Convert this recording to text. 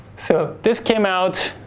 so, this came out,